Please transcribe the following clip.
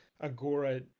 Agora